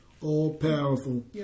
All-powerful